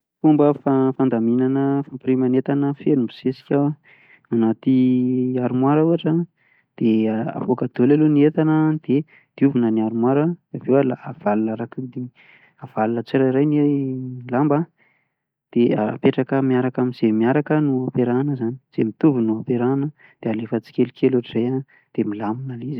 Fomba fandaminana fampirimana entana mibosesika anaty armoara ohatra, de avoaka daholo aloha ny entana de diovina ny armoara avalona tsirairay ny lamba de apetraka miaraka amze miaraka a no ampiarahana ze mitovy no ampiarahana de alefa tsikelikely otran'izay a de milamina izy aveo.